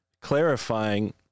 clarifying